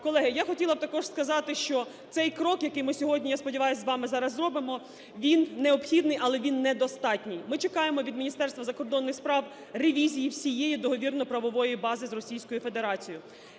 Колеги, я хотіла б також сказати, що цей крок, який ми сьогодні, я сподіваюсь, з вами зараз зробимо, він необхідний, але він недостатній. Ми чекаємо від Міністерства закордонних справ ревізії всієї договірно-правової бази з Російською Федерацією.